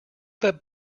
that